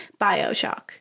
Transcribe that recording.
Bioshock